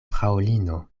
fraŭlino